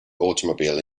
automobile